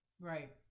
Right